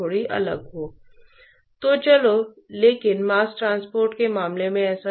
तो गर्मी ट्रांसपोर्ट के नोड्स